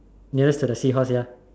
nearest to the seahorse ya